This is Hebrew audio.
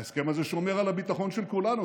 ההסכם הזה שומר על הביטחון של כולנו.